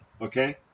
Okay